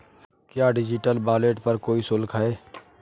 क्या digital wallet पर कोई शुल्क है?